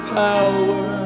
power